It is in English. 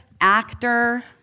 actor